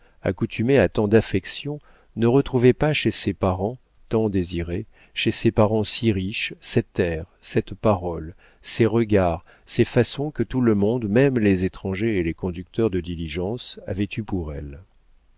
accoutumée à tant d'affection ne retrouvait pas chez ces parents tant désirés chez ces parents si riches cet air cette parole ces regards ces façons que tout le monde même les étrangers et les conducteurs de diligence avaient eus pour elle